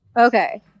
Okay